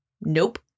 Nope